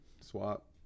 swap